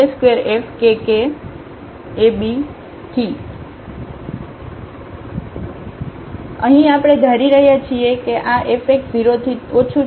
fhfxabkfyab12h2fxx2hkfxyk2fkkab તેથી અહીંઆપણે ધારી રહ્યા છીએ કે આ fx 0 થી ઓછું છે